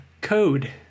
Code